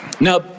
Now